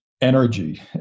energy